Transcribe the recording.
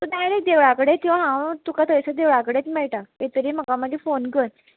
so direct देवळा कडेन यो हांव तुका थंयसर देवळा कडेच मेळटा येतगीर म्हाका मागीर फोन कर